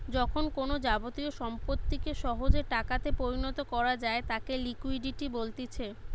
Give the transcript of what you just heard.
যখন কোনো যাবতীয় সম্পত্তিকে সহজে টাকাতে পরিণত করা যায় তাকে লিকুইডিটি বলতিছে